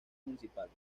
municipales